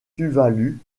tuvalu